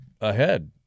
ahead